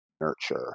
nurture